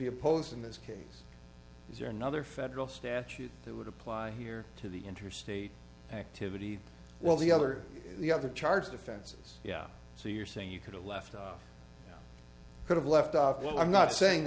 be opposed in this case is your nother federal statute that would apply here to the interstate activity while the other the other charge defenses yeah so you're saying you could have left off could have left off well i'm not saying